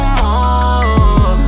more